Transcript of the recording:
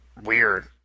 weird